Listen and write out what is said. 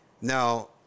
now